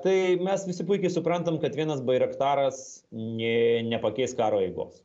tai mes visi puikiai suprantam kad vienas bairaktaras nė nepakeis karo eigos